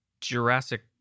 jurassic